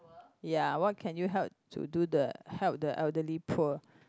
ya what can you help to do the help the elderly poor